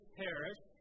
parish